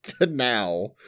now